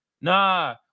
Nah